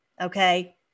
Okay